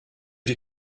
die